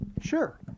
Sure